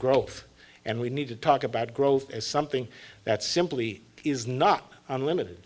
growth and we need to talk about growth is something that simply is not unlimited